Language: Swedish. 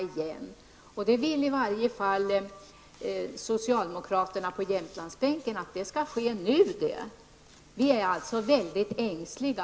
I varje fall vill socialdemokraterna på Jämtlandsbänken att detta skall ske nu. Vi är alltså mycket ängsliga.